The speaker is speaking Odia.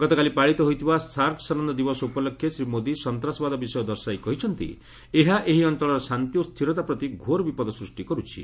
ଗତକାଲି ପାଳିତ ହୋଇଥିବା ସାର୍କ ସନନ୍ଦ ଦିବସ ଉପଲକ୍ଷେ ଶ୍ରୀ ମୋଦି ସନ୍ତାସବାଦ ବିଷୟ ଦର୍ଶାଇ କହିଛନ୍ତି ଏହା ଏହି ଅଞ୍ଚଳର ଶାନ୍ତି ଓ ସ୍ଥିରତା ପ୍ରତି ଘୋର ବିପଦ ସୃଷ୍ଟି କରୁଛି